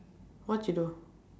what she do